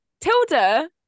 Tilda